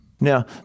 Now